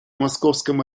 московском